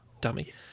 Dummy